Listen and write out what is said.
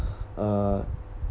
uh